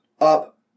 up